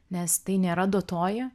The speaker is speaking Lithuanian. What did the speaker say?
nes tai nėra duotoji